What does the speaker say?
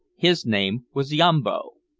his name was yambo.